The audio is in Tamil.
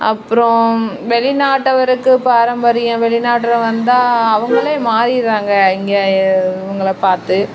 அப்புறோம் வெளிநாட்டவருக்கு பாரம்பரியம் வெளிநாட்டரை வந்தால் அவங்களே மாறிடுறாங்க இங்கே இவங்கள பார்த்து